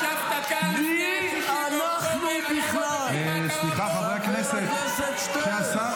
ישבת כאן לפני 6 באוקטובר, אתה לא מבין מה קרה פה?